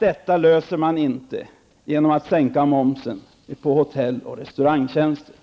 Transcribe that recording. Detta löser man inte genom att sänka momsen på hotell och restaurangtjänster.